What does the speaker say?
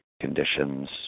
conditions